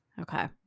Okay